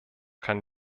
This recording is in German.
kann